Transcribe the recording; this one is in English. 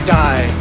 die